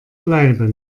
bleiben